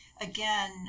again